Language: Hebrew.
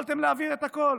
יכולתם להעביר את הכול.